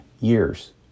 years